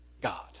God